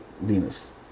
Venus